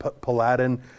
paladin